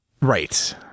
Right